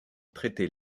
traiter